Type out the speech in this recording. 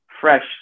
fresh